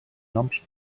noms